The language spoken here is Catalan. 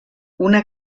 una